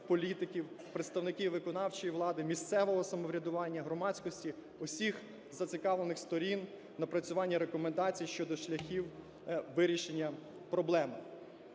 політиків, представників виконавчої влади, місцевого самоврядування, громадськості, усіх зацікавлених сторін, напрацювання рекомендацій щодо шляхів вирішення проблеми.